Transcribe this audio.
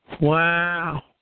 Wow